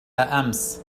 أمس